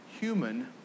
human